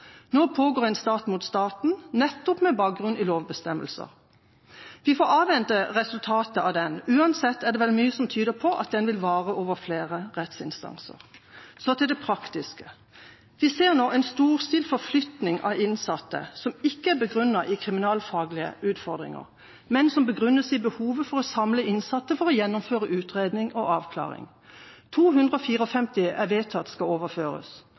Nå pågår en sak mot staten, nettopp med bakgrunn i lovbestemmelser. Vi får avvente resultatet av den. Uansett er det vel mye som tyder på at den vil vare over flere rettsinstanser. Så til det praktiske: Vi ser nå en storstilt forflytning av innsatte som ikke er begrunnet i kriminalfaglige utfordringer, men som begrunnes i behovet for å samle innsatte for å gjennomføre utredning og avklaring. 254 innsatte er vedtatt overført. Alle skal overføres